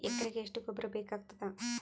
ಎಕರೆಗ ಎಷ್ಟು ಗೊಬ್ಬರ ಬೇಕಾಗತಾದ?